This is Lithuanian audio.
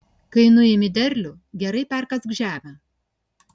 kai nuimi derlių gerai perkask žemę